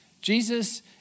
Jesus